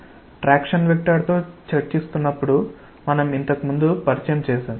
traction వెక్టర్తో చర్చిస్తున్నప్పుడు మనం ఇంతకు ముందు పరిచయం చేసాం